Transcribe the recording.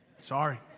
Sorry